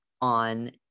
on